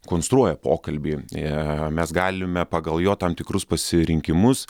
konstruoja pokalbį aaa mes galime pagal jo tam tikrus pasirinkimus